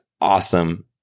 awesome